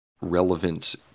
relevant